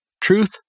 truth